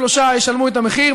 שלושה ישלמו את המחיר,